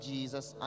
Jesus